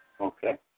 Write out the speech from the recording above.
okay